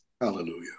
Hallelujah